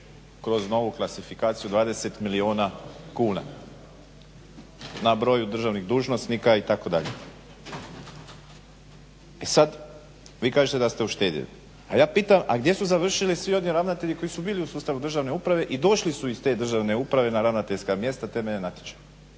kroz novu klasifikaciju 20 milijuna kuna na broju državnih dužnosnika itd. E sad, vi kažete da ste uštedjeli. A ja pitam a gdje su završili svi oni ravnatelji koji su bili u sustavu državne uprave i došli su iz te državne uprave na ravnateljska mjesta temeljem natječaja.